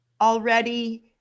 already